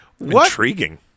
Intriguing